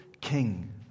king